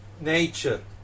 nature